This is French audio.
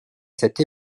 cette